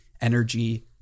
energy